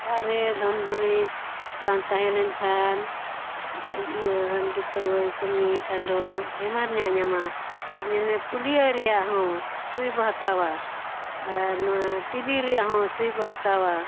ᱚᱲᱟᱜ ᱨᱮ ᱫᱷᱚᱱ ᱫᱩᱨᱤᱵᱽ ᱵᱟᱝ ᱛᱟᱦᱮᱸ ᱞᱮᱱ ᱠᱷᱟᱱ ᱤᱭᱟᱹ ᱦᱟᱺᱰᱤ ᱯᱟᱹᱣᱨᱟᱹᱜᱮ ᱠᱚᱢ ᱧᱩᱭ ᱠᱷᱟᱱ ᱫᱚ ᱵᱮᱢᱟᱨ ᱧᱟ ᱧᱟᱢᱟ ᱟᱨ ᱧᱮᱞᱢᱮ ᱯᱷᱩᱞᱤᱭᱟᱹ ᱨᱮᱱᱟᱜ ᱦᱚᱸ ᱥᱩᱭ ᱵᱚᱱ ᱦᱟᱛᱟᱣᱟ ᱟᱨ ᱱᱚᱣᱟ ᱴᱤ ᱵᱤ ᱨᱮᱱᱟᱜ ᱦᱚᱸ ᱥᱩᱭ ᱵᱚᱱ ᱦᱟᱛᱟᱣᱟ